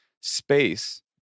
space